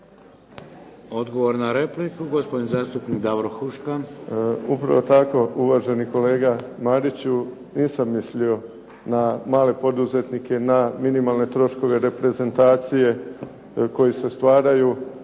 Odgovor na repliku, gospodin zastupnik Davor Huška. **Huška, Davor (HDZ)** Upravo tako uvaženi kolega Mariću, nisam mislio na male poduzetnike, na minimalne troškove reprezentacije koji se stvaraju